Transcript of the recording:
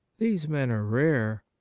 these men are rare.